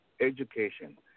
education